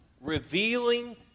revealing